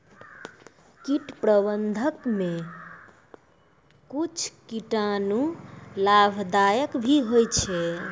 कीट प्रबंधक मे कुच्छ कीटाणु लाभदायक भी होय छै